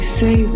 say